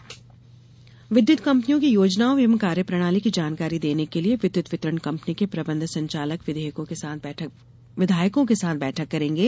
विद्युत बैठक विद्युत कम्पनियों की योजनाओं एवं कार्यप्रणाली की जानकारी देने के लिये विद्युत वितरण कम्पनी के प्रबंध संचालक विधायकों के साथ बैठक करेंगे